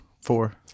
four